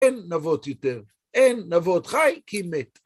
אין נבות יותר, אין נבות חי כי מת.